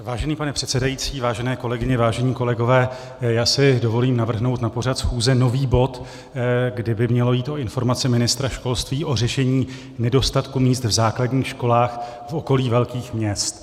Vážený pane předsedající, vážené kolegyně, vážení kolegové, já si dovolím navrhnout na pořád schůze nový bod, kdy by mělo jít o informaci ministra školství o řešení nedostatku míst v základních školách v okolí velkých měst.